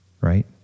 right